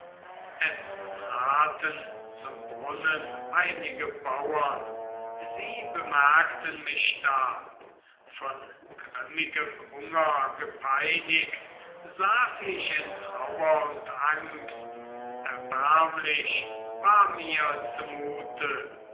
es traten zum brunnen einige bauern sie bemerkten mich da von grimmigem hunger gepeinigt saß ich in trauer und angst erbärmlich war mir zumute